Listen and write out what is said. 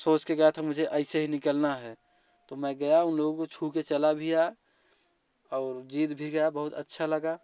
सोच के गया था मुझे ऐसे ही निकालना है तो मैं गया उन लोगों को छूके चला भी आया और जीत भी गया बहुत अच्छा लगा